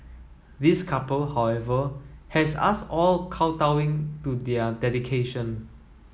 this couple however has us all kowtowing to their dedication